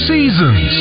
Seasons